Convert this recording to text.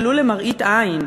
ולו למראית עין,